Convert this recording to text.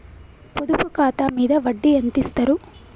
పొదుపు ఖాతా మీద వడ్డీ ఎంతిస్తరు?